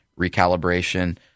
recalibration